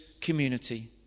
community